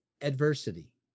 adversity